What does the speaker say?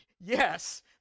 yes